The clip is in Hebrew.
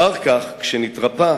אחר כך, כשנתרפא,